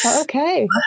okay